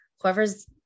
Whoever's